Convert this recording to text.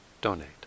donate